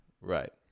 Right